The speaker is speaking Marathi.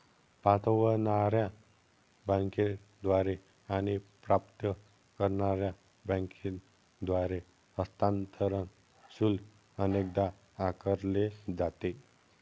पाठवणार्या बँकेद्वारे आणि प्राप्त करणार्या बँकेद्वारे हस्तांतरण शुल्क अनेकदा आकारले जाते